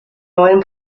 neuen